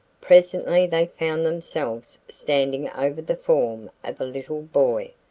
presently they found themselves standing over the form of a little boy,